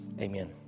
amen